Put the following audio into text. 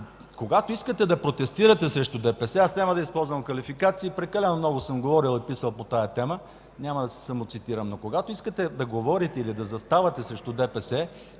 Когато искате да протестирате срещу ДПС, аз няма да използвам квалификации, прекалено много съм говорил и писал по тази тема – няма да се самоцитирам, но когато искате да говорите или да заставате срещу ДПС,